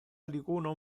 alicuno